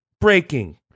breaking